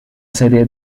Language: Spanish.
serie